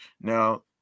Now